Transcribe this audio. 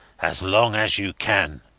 as long as you can.